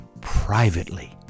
privately